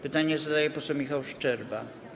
Pytanie zadaje poseł Michał Szczerba.